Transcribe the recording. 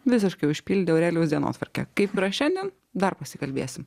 visiškai užpildė aureliaus dienotvarkę kaip yra šiandien dar pasikalbėsim